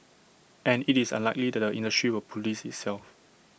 and IT is unlikely that the industry will Police itself